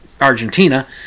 Argentina